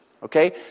Okay